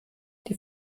die